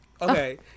Okay